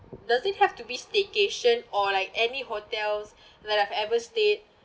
does it have to be staycation or like any hotels that I've ever stayed